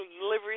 delivery